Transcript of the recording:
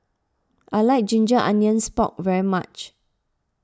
I like Ginger Onions Pork very much